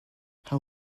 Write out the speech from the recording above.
how